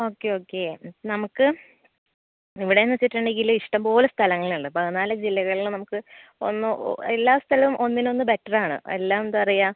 okay okay നമുക്ക് ഇവിടെയെന്ന് വെച്ചിട്ടുണ്ടെങ്കിൽ ഇഷ്ടം പോലെ സ്ഥലങ്ങളുണ്ട് പതിനാല് ജില്ലകളിലും നമുക്ക് ഒന്നോ എല്ലാ സ്ഥലോം ഒന്നിനൊന്ന് ബെറ്റർ ആണ് എല്ലാം എന്താണ് പറയുക